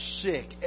sick